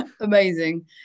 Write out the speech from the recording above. Amazing